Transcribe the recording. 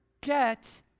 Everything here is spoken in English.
get